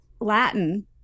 Latin